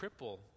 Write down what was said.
cripple